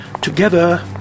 Together